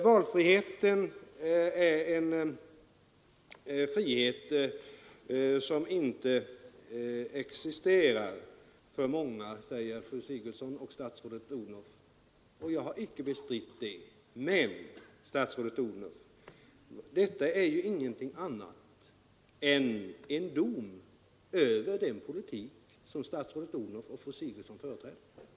Valfriheten är en frihet som inte existerar för många, säger slutligen fru Sigurdsen och statsrådet fru Odhnoff, och jag har icke bestritt det. Men, statsrådet Odhnoff, detta är ju ingenting annat än en dom över den politik som statsrådet Odhnoff och fru Sigurdsen företräder.